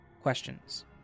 Questions